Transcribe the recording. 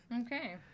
Okay